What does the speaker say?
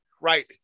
Right